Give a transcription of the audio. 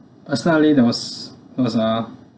personally there was there was uh